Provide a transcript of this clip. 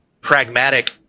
pragmatic